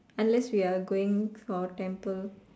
unless we are going for temple